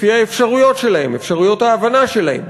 לפי האפשרויות שלהם, אפשרויות ההבנה שלהם,